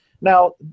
Now